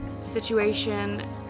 situation